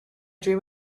dream